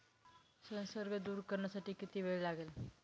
संसर्ग दूर करण्यासाठी किती वेळ लागेल?